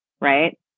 right